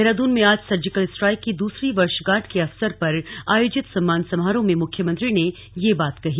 देहरादून में आज surgical strike की दूसरी वर्षगांठ के अवसर पर आयोजित सम्मान समारोह में मुख्यमंत्री ने ये बात कही